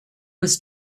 was